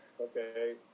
Okay